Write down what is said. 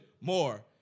more